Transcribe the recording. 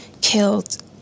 killed